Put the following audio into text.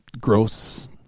gross